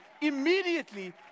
immediately